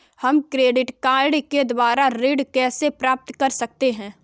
हम credit card के द्वारा ऋण कैसे प्राप्त कर सकते हैं?